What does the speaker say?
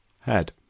head